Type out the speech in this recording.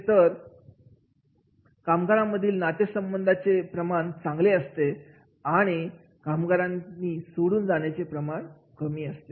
आणि जरजॉब सतिस्फॅक्शन असेल तर एम्पलोयी रिटेन्शन चे प्रमाण जास्त असते आणि एम्प्लॉई टर्नओव्हर चे प्रमाण कमी असते